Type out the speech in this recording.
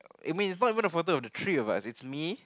you mean it's not even the photo of the three of us it's me